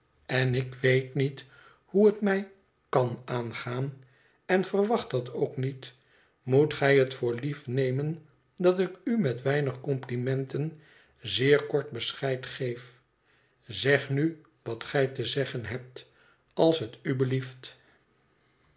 en ik weet niet hoe het mij kan aangaan en verwacht dat ook niet moet gij het voor lief nemen dat ik u met weinig complimenten zeer kort bescheid geef zeg nu wat gij te zeggen hebt als het u belieft